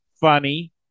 funny